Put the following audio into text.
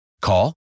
Call